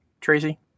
Tracy